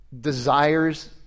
desires